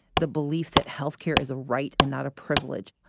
the belief that health care is a right and not a privilege.